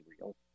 real